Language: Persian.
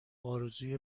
آرزوی